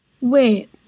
Wait